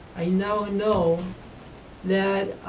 i now know that